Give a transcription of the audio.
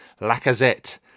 Lacazette